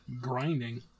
grinding